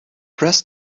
press